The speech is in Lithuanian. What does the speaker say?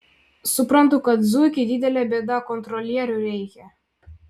suprantu kad zuikiai didelė bėda kontrolierių reikia